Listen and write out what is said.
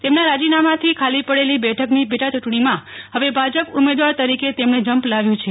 તેમના રાજીનામાંથી ખાલી પડેલી બેઠક ની પેટા ચૂંટણીમાં હવે ભાજપ ઉમેદવાર તરીકે તેમણે ઝંપલાવ્યુ છે